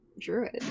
druid